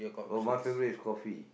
oh my favourite is coffee